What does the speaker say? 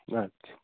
اَچھا